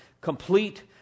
complete